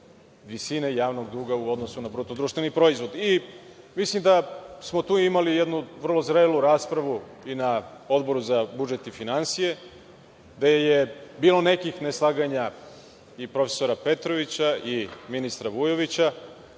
visine javnog duga u odnosu na BDP.Mislim da smo tu imali jednu vrlo zrelu raspravu i na Odboru za budžet i finansije gde je bilo nekih neslaganja i profesora Petrovića i ministra Vujovića,